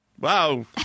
wow